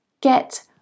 Get